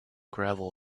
gravel